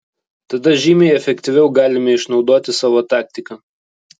tada žymiai efektyviau galime išnaudoti savo taktiką